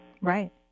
Right